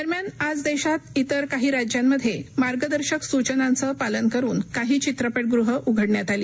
दरम्यान आज देशात इतर काही राज्यांमध्ये मार्गदर्शन सूचनांचं पालन करून काही चित्रपशिहं उघडण्यात आली